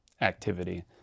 activity